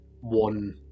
one